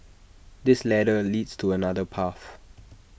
this ladder leads to another path